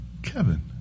Kevin